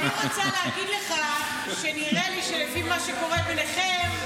אני רוצה להגיד לך שנראה לי שלפי מה שקורה ביניכם,